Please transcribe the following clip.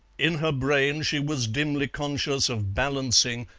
in her brain she was dimly conscious of balancing,